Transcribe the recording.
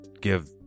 Give